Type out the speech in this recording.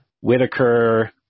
Whitaker